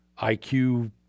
IQ